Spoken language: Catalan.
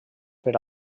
per